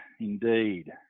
indeed